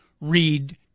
read